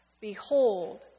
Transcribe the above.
Behold